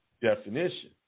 definition